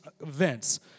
events